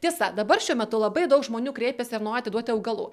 tiesa dabar šiuo metu labai daug žmonių kreipiasi ir nori atiduoti augalų